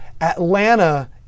Atlanta